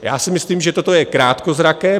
Já si myslím, že toto je krátkozraké.